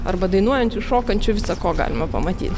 arba dainuojančių šokančių visa ko galima pamatyti